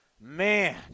Man